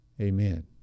Amen